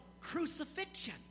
crucifixion